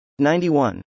91